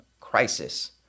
crisis